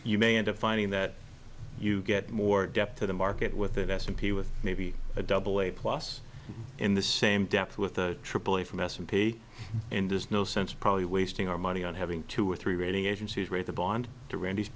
you may end up finding that you get more depth to the market with that s m p with maybe a double a plus in the same depth with the aaa from s and p and there's no sense probably wasting our money on having two or three rating agencies rate the bond to randy's